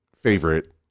favorite